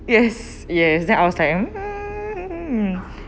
yes yes then I was like mm